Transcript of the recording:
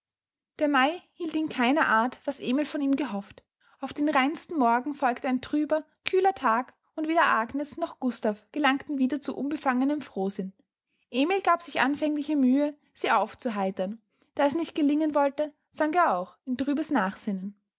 der mai hielt in keiner art was emil von ihm gehofft auf den reinsten morgen folgte ein trüber kühler tag und weder agnes noch gustav gelangten wieder zu unbefangenem frohsinn emil gab sich anfänglich mühe sie aufzuheitern da es nicht gelingen wollte sank er auch in trübes nachsinnen